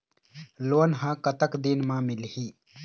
Loan ह कतक दिन मा मिलही?